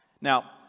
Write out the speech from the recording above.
Now